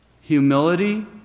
humility